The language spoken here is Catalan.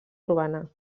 urbana